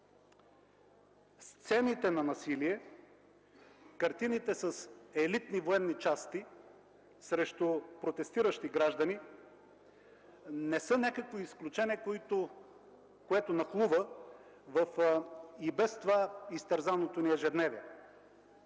Сцените на насилие, картините с елитни военни части срещу протестиращи граждани не са някакво изключение, което нахлува в и без това изтерзаното ни ежедневие.